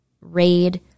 raid